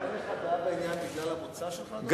אין לך דעה בעניין בגלל המוצא שלך, ?